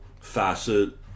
facet